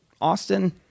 Austin